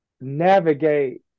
navigate